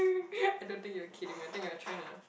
I don't think you're kidding I think you're trying to